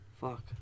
Fuck